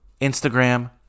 Instagram